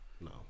No